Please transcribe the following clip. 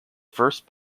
first